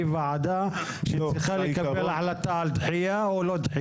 ועדה שצריכה לקבל החלטה על דחייה או לא.